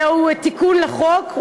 זהו תיקון לחוק.